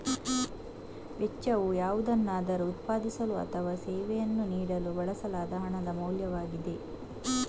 ವೆಚ್ಚವು ಯಾವುದನ್ನಾದರೂ ಉತ್ಪಾದಿಸಲು ಅಥವಾ ಸೇವೆಯನ್ನು ನೀಡಲು ಬಳಸಲಾದ ಹಣದ ಮೌಲ್ಯವಾಗಿದೆ